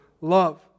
love